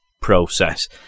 process